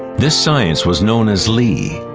this science was known as li.